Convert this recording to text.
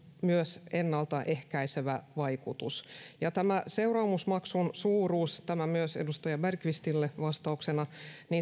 myös ennaltaehkäisevä vaikutus ja tämä seuraamusmaksun suuruus tämä myös edustaja bergqvistille vastauksena